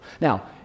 Now